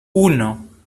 uno